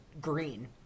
green